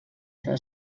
seva